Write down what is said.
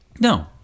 No